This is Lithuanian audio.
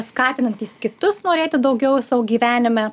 skatinantys kitus norėti daugiau savo gyvenime